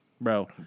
Bro